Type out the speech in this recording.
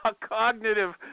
cognitive